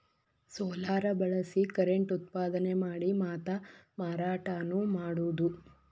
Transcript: solar ಬಳಸಿ current ಉತ್ಪಾದನೆ ಮಾಡಿ ಮಾತಾ ಮಾರಾಟಾನು ಮಾಡುದು